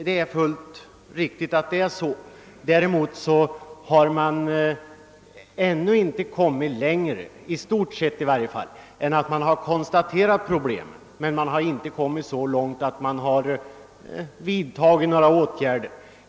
Det är alldeles riktigt att det förhåller sig så. Däremot har man i varje fall i stort sett ännu inte kommit längre än till att man har konstaterat problemen — några åtgärder har inte vidtagits.